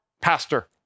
pastor